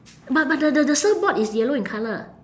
but but the the the surfboard is yellow in colour